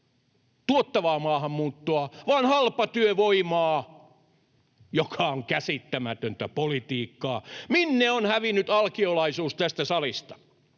tuottavaa maahanmuuttoa vaan halpatyövoimaa, mikä on käsittämätöntä politiikkaa. Minne on hävinnyt alkiolaisuus tästä salista?